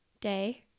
day